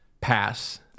pass